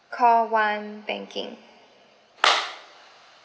call one banking